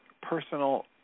personal